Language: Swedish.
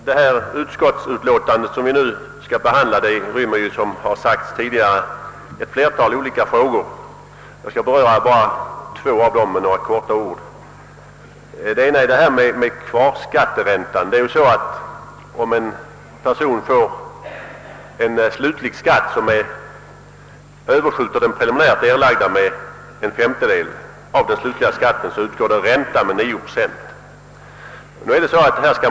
Herr talman! Som tidigare framhållits rymmer det utskottsutlåtande vi nu behandlar ett flertal olika frågor. Jag skall här bara helt kort beröra två av dem. Det första gäller kvarskatteräntan. Om en persons slutliga skatt överskjuter den preliminärt erlagda med en femtedel av den slutliga skatten, så utgår ränta med 9 procent.